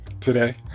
today